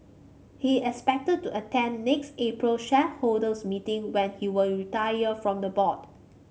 he is expected to attend next April's shareholders meeting when he will retire from the board